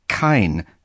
kein